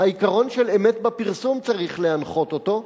העיקרון של אמת בפרסום צריך להנחות אותה.